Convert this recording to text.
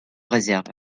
réserve